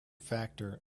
factor